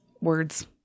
words